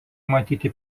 matyti